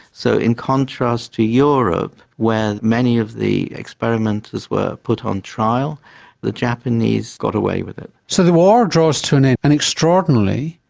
so in contrast to europe where many of the experimenters were put on trial the japanese got away with it. so the war draws to an end and extraordinarily,